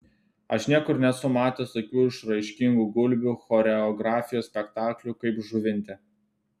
aš niekur nesu matęs tokių išraiškingų gulbių choreografijos spektaklių kaip žuvinte